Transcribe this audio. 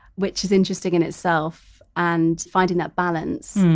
which is interesting in itself and finding that balance.